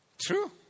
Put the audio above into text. True